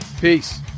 Peace